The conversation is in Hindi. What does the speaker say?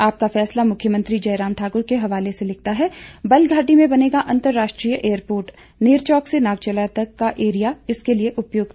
आपका फैसला मुख्यमंत्री जयराम ठाकुर के हवाले से लिखता है बल्ह घाटी में बनेगा अंतर्राष्ट्रीय एयरपोर्ट नेरचौक से नागचला तक का एरिया इसके लिए उपयुक्त